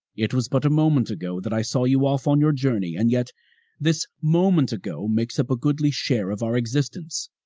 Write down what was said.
it was but a moment ago that i saw you off on your journey, and yet this moment ago makes up a goodly share of our existence,